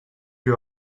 you